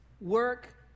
work